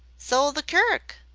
so ll the curick.